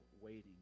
waiting